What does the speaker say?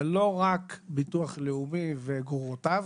זה לא רק ביטוח לאומי וגרורותיו,